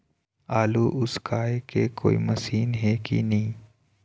आलू उसकाय के कोई मशीन हे कि नी?